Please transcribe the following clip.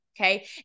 okay